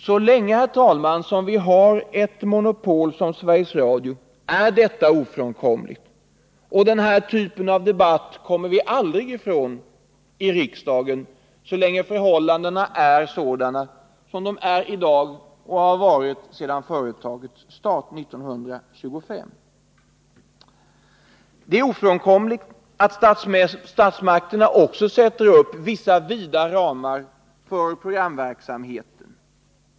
Så länge, herr talman, som vi har ett monopol som Sveriges Radio är detta ofrånkomligt. Denna typ av debatt kommer vi i riksdagen aldrig ifrån, så länge förhållandena är sådana som de i dag är och har varit sedan företagets start 1925. Det är också ofrånkomligt att statsmakterna sätter upp vissa vida ramar för programverksamheten.